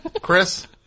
Chris